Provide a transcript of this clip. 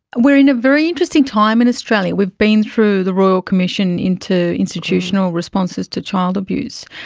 we are in a very interesting time in australia. we've been through the royal commission into institutional responses to child abuse,